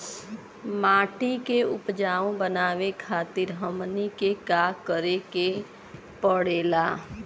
माटी के उपजाऊ बनावे खातिर हमनी के का करें के पढ़ेला?